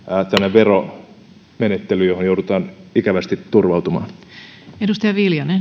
veromenettely johon joudutaan ikävästi turvautumaan